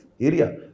area